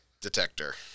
detector